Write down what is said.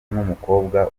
n’umukobwa